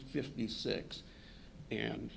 fifty six and